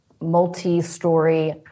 multi-story